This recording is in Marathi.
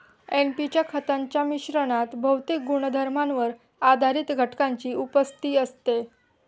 एन.पी च्या खतांच्या मिश्रणात भौतिक गुणधर्मांवर आधारित घटकांची उपस्थिती असते